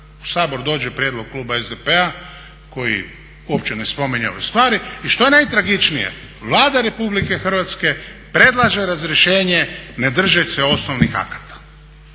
u Sabor dođe prijedlog kluba SDP-a koji uopće ne spominje ove stvari i što je najtragičnije, Vlada Republike Hrvatske predlaže razrješenje ne držeć' se osnovnih akata.